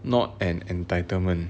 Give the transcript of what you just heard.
not an entitlement